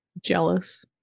jealous